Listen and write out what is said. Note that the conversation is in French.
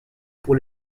pour